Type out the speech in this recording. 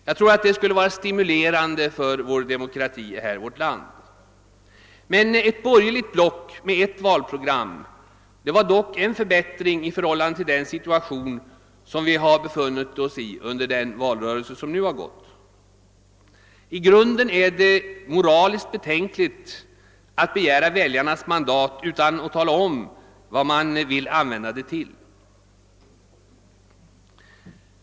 Jag tror att det skulle vara stimulerande för demokratin i vårt land. Ett borgerligt block med ett valprogram vore dock en förbättring i förhållande till den situation som vi befunnit oss i under den gångna valrörelsen. I grunden är det moraliskt betänkligt att begära väljarnas mandat utan att tala om, vad man ämnar använda det till.